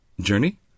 Journey